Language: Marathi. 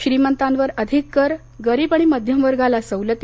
श्रीमंतांवर अधिक कर गरीब आणि मध्यमवर्गाला सवलती